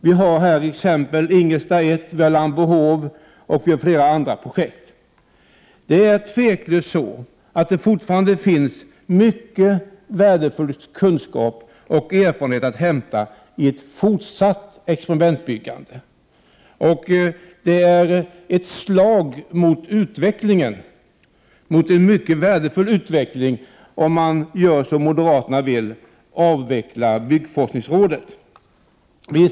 Vi har t.ex. Ingelstad 1, Lambohov och flera andra projekt. Det är utan tvivel så att det fortfarande finns mycket av värdefull kunskap och erfarenhet att hämta i ett fortsatt experimentbyggande. Det vore ett slag mot en mycket värdefull utveckling att göra som moderaterna vill, nämligen att avveckla byggforskningsrådet.